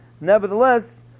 nevertheless